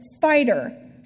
fighter